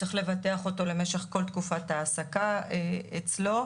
צריך לבטח אותו למשך כל תקופת ההעסקה אצלו.